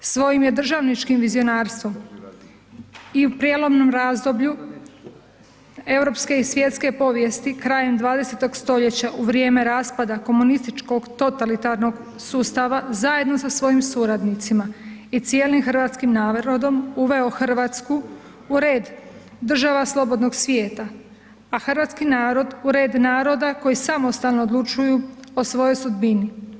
Svojim je državničkim vizionarstvom i u prijelomnom razdoblju europske i svjetske povijesti krajem 20. st. u vrijeme raspada komunističkog totalitarnog sustava zajedno sa svojim suradnicima i cijelim hrvatskim narodom uveo Hrvatsku u red država slobodnog svijeta a hrvatski narod u red naroda koji samostalno odlučuju o svojoj sudbini.